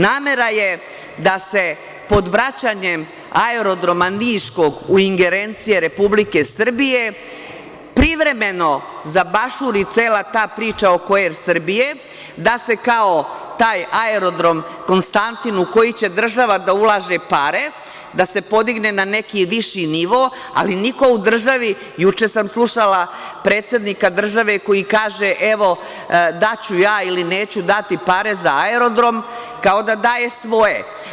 Namera je da se pod vraćanjem aerodroma niškog u ingerencije Republike Srbije privremeno zabašuri cela ta priča oko „Er Srbije“, da se kao taj Aerodrom „Konstantin“, u koji će država da ulaže pare, da se podigne na neki viši nivo, ali niko u državi, juče sam slušala predsednika države koji kaže – evo, daću ja ili neću dati pare za aerodrom, kao da daje svoje.